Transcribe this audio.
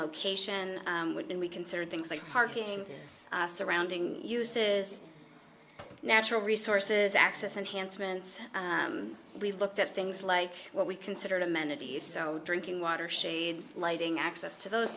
location when we consider things like parking surrounding uses natural resources access enhancements we looked at things like what we considered amenities so drinking water shade lighting access to those